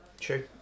True